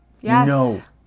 Yes